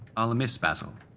i'll miss basil.